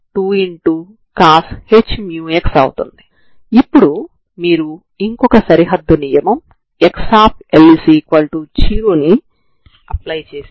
కాబట్టి మీరు స్థిరాంకం లైన్ ని కలిగి వున్నారు